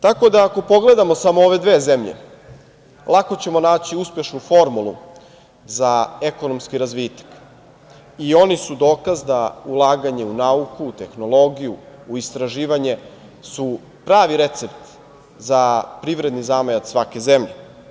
Tako da, ako pogledamo samo ove dve zemlje, lako ćemo naći uspešnu formulu za ekonomski razvitak i one su dokaz da ulaganje u nauku, u tehnologiju, u istraživanje je pravi recept za privredni zamajac svake zemlje.